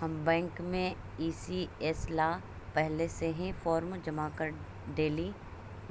हम बैंक में ई.सी.एस ला पहले से ही फॉर्म जमा कर डेली